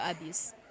abuse